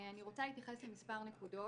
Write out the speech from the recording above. אני רוצה להתייחס למספר נקודות.